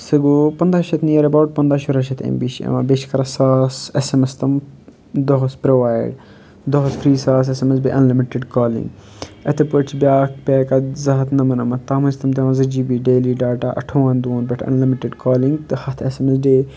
سُہ گوٚو پنٛداہ شَتھ نِیر ایٚباوُٹ پنٛداہ شُرہ شَتھ ایٚم بی چھِ یِوان بیٚیہِ چھِ ترٛےٚ ساس ایٚس ایٚم ایٚس تِم دۄہَس پرٛووایِڈ دۄہَس فرٛی ساس ایٚس ایٚم ایس بیٚیہِ اَن لِمِٹِڈ کالِنٛگ یِتھٕے پٲٹھۍ چھِ بیٛاکھ پیک اَکھ زٕ ہَتھ نَمَنمتھ تَتھ منٛز چھِ تِم دِوان زٕ جی بی ڈیلی ڈاٹا اَٹھووَن دۄہَن پیٚٹھ اَن لِمٹِڈ کالِنٛگ تہٕ ہَتھ ایٚس ایٚم ایٚس ڈے